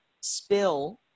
spill